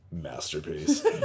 masterpiece